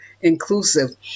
inclusive